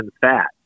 fat